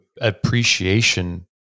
appreciation